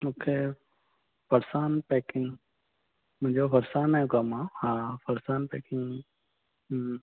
मूंखे फ़रसाण पैकिंग मुंहिंजो फ़रसाण जो कमु आहे हा फ़रसाण पैकिंग जो